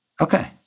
Okay